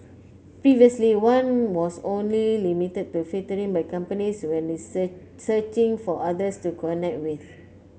previously one was only limited to filtering by companies when searching for others to connect with